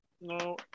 No